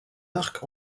arcs